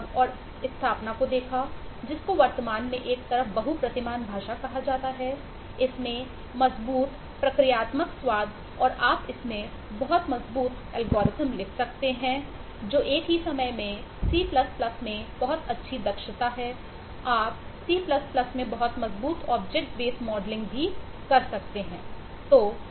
और एक प्रमुख भाषा के रूप में सी प्लस प्लस भी कर सकते थे